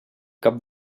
cap